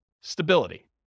stability